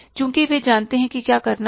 चूंकि वे जानते हैं कि क्या करना है